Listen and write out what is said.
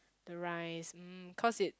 the rice mm cause it